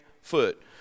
foot